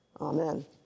Amen